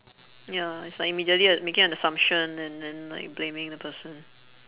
ya it's like immediately uh making an assumption and and like blaming the person